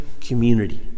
community